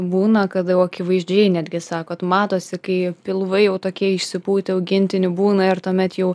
būna kad jau akivaizdžiai netgi sakot matosi kai pilvai jau tokie išsipūtę augintinių būna ir tuomet jau